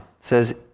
says